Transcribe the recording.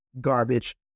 garbage